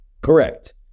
Correct